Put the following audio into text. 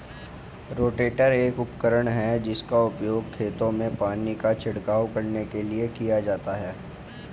rotator एक उपकरण है जिसका उपयोग खेतों में पानी का छिड़काव करने के लिए किया जाता है